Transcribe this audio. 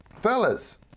fellas